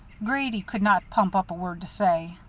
grady could not pump up a word to say.